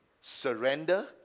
Surrender